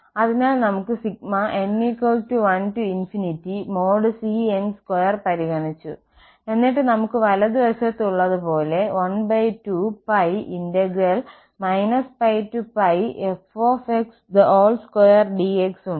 അതിനാൽ നമ്മൾ n1 cn2 പരിഗണിച്ചു എന്നിട്ട് നമുക്ക് വലതുവശത്ത് ഉള്ളത് പോലെ 12π πfx2dx ഉണ്ട്